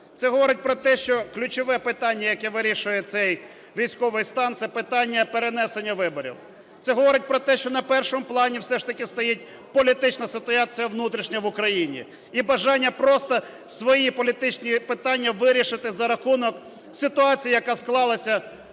Це говорить про те, що ключове питання, яке вирішує цей військовий стан, – це питання перенесення виборів. Це говорить про те, що на першому плані все ж таки стоїть політична ситуація внутрішня в Україні і бажання просто свої політичні питання вирішити за рахунок ситуації, яка склалася в